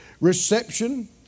Reception